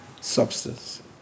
substance